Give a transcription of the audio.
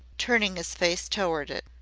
turning his face toward it.